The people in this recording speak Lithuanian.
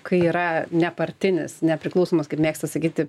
kai yra nepartinis nepriklausomas kaip mėgsta sakyti